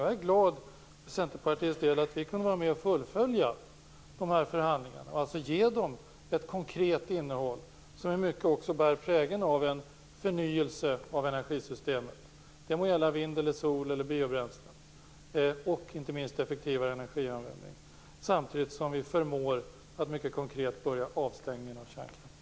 Jag är för Centerpartiets del glad över att vi kunde vara med och fullfölja förhandlingarna och ge dem ett konkret innehåll som i mycket bär prägeln av en förnyelse av energisystemet - det må gälla vind, sol, biobränsle och, inte minst, effektivare energianvändning - samtidigt som vi förmår att mycket konkret börja avstängningen av kärnkraften.